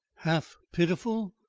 half pitiful,